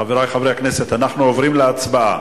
חברי חברי הכנסת, אנחנו עוברים להצבעה.